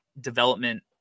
development